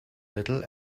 little